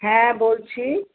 হ্যাঁ বলছি